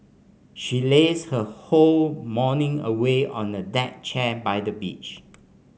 she lazed her whole morning away on a deck chair by the beach